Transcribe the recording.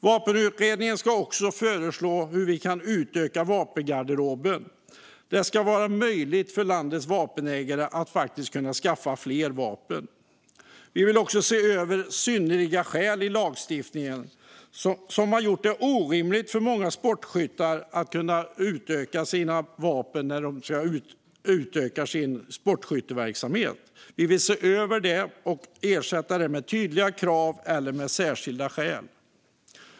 Vapenutredningen ska också föreslå hur vi kan utöka vapengarderoben. Det ska vara möjligt för landets lagliga vapenägare att skaffa fler vapen. Vi vill också se över skrivningen om synnerliga skäl i lagstiftningen, som har gjort det orimligt svårt för många sportskyttar att utöka antalet vapen när de vill utöka sin sportskytteverksamhet. Vi vill se över detta och ersätta det med en skrivning om tydliga krav eller särskilda skäl.